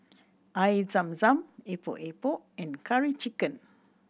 Air Zam Zam Epok Epok and Curry Chicken